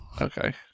okay